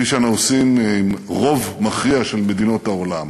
כפי שאנחנו עושים עם רוב מכריע של מדינות העולם.